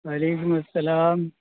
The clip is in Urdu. وعلیکم السلام